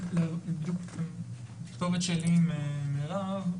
מההתכתבות שלי עם מירב,